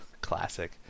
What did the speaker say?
Classic